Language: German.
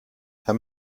herr